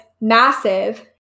massive